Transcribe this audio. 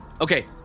Okay